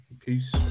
Peace